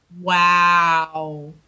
Wow